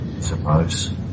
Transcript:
suppose